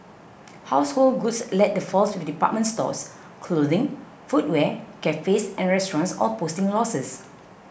household goods led the falls with department stores clothing footwear cafes and restaurants all posting losses